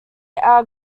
are